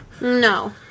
No